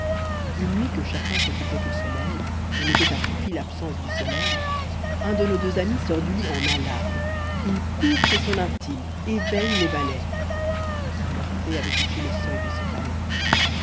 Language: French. une nuit que chacun s'occupait au sommeil et mettait à profit l'absence du soleil un de nos deux amis sort du lit en alarme il court chez son intime éveille les valets morphée avait touché le seuil de ce palais